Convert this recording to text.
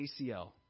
ACL